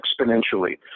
exponentially